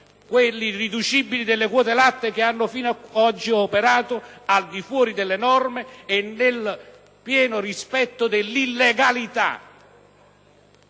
"gli irriducibili" delle quote latte che hanno fino ad oggi operato al di fuori delle norme e nel pieno dell'illegalità.